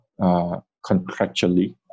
contractually